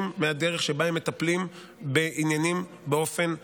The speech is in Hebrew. מהדרך שבה הן מטפלות בעניינים באופן רגיל.